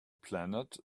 planet